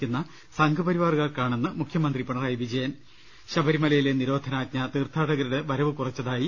ക്കുന്ന സംഘപരിവാറുകാർക്കാണെന്ന് മുഖ്യമന്ത്രി പിണറായി വിജയൻ ശബരിമലയിലെ നിരോധനാജ്ഞ തീർത്ഥാടകരുടെ വരവ് കുറച്ചതായി